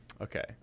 okay